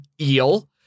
eel